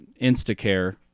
Instacare